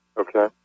Okay